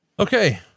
okay